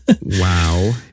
wow